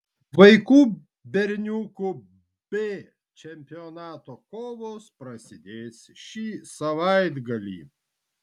vaikų berniukų b čempionato kovos prasidės šį savaitgalį